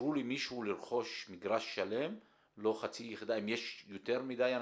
שתאשרו למישהו לרכוש מגרש שלם אם יש יותר מדי נרשמים?